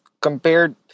compared